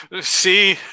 See